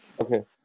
Okay